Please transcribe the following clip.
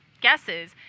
guesses